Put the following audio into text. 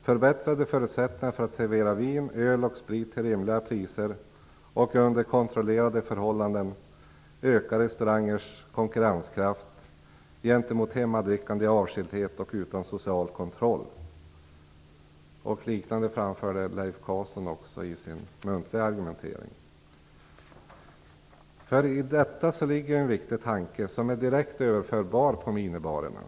Förbättrade förutsättningar för att servera vin, öl och sprit till rimliga priser och under kontrollerade förhållanden ökar restaurangers konkurrenskraft gentemot hemmadrickande i avskildhet och utan social kontroll." Liknande åsikter framförde också Leif Carlson i sin muntliga argumentering. I detta ligger en viktig tanke som är direkt överförbar på minibarerna.